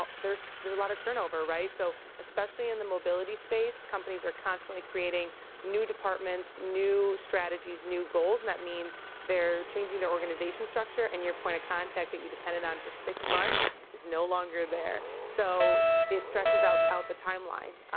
there's a lot of turnover right? so especially in the mobility space, companies are constantly creating new departments. new strategies. new goals. and that means they're changing their organization structure. and your point of contact that you depended on for six months is no longer there. so it stretches out out the timeline.